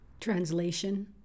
translation